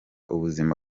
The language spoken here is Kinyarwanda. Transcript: ubuzima